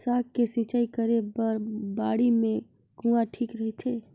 साग के सिंचाई करे बर बाड़ी मे कुआँ ठीक रहथे?